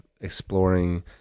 exploring